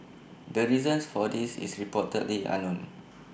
the reason for this is reportedly unknown